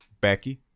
becky